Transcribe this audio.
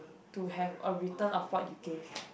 to have a return of what you gave